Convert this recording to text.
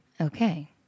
Okay